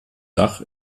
dach